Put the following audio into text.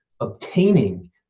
obtaining